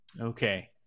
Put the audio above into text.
Okay